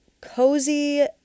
cozy